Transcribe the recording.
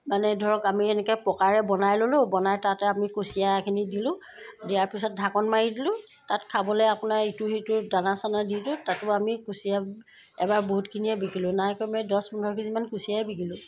মানে ধৰক আমি এনেকৈ পকাৰে বনাই ললোঁ বনাই তাতে আমি কুঁচিয়াখিনি দিলোঁ দিয়াৰ পিছত ঢাকন মাৰি দিলোঁ তাত খাবলৈ আপোনাৰ ইটো সিটো দানা চানা দিলোঁ তাতো আমি কুঁচিয়া এবাৰ বহুতখিনিয়ে বিকিলোঁ নাই কমে দচ পোন্ধৰ কেজিমান কুচিয়াই বিকিলোঁ